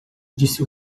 disse